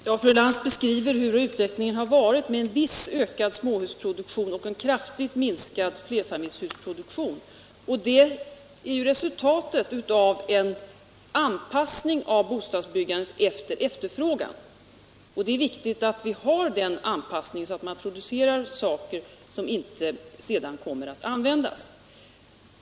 Herr talman! Fru Lantz beskriver hur utvecklingen har varit: en viss ökad småhusproduktion och en kraftigt minskad produktion av flerfamiljshus. Det är ju resultatet av en anpassning av bostadsbyggandet till efterfrågan, och det är viktigt att vi har den anpassningen så att vi inte producerar någonting som sedan inte kommer att användas.